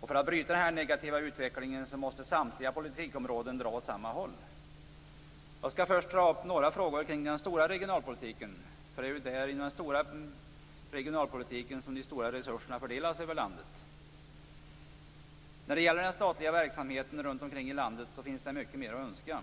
Och för att bryta denna negativa utveckling måste samtliga politikområden dra åt samma håll. Jag skall först ta upp några frågor runt den stora regionalpolitiken. För det är ju inom den stora regionalpolitiken de stora resurserna fördelas över landet. När det gäller den statliga verksamheten runt om i landet så finns det mycket mer att önska.